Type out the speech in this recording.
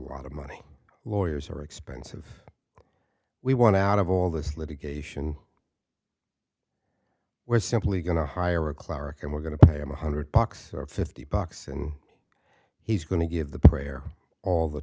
lot of money lawyers are expensive we want out of all this litigation we're simply going to hire a cleric and we're going to pay him one hundred bucks or fifty bucks and he's going to give the player all the